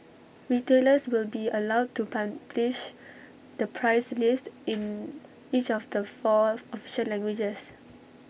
retailers will be allowed to publish the price list in each of the four official languages